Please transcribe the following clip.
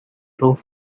roof